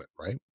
right